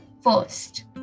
first